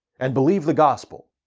and believe the gospel.